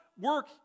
work